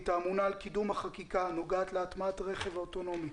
האמונה על קידום החקיקה הנוגעת להטמעת רכב אוטונומי